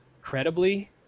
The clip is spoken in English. credibly